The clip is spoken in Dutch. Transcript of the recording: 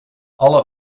alle